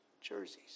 jerseys